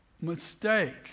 mistake